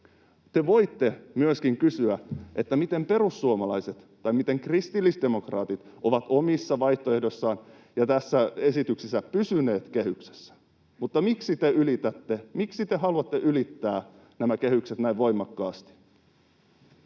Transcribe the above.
Te voitte myöskin kysyä, miten perussuomalaiset tai miten kristillisdemokraatit ovat omissa vaihtoehdoissaan ja tässä esityksessä pysyneet kehyksessä, mutta miksi te haluatte ylittää nämä kehykset näin voimakkaasti?